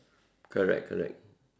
correct correct